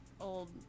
old